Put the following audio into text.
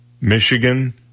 Michigan